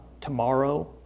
tomorrow